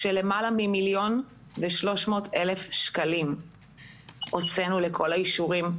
של למעלה ממיליון ו-300 אלף שקלים שהוצאנו לכל האישורים,